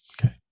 Okay